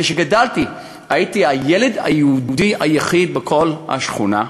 כשגדלתי, הייתי הילד היהודי היחיד בכל השכונה,